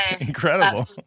incredible